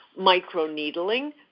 microneedling